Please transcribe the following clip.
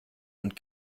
und